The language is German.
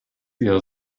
eher